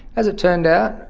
as it turned out,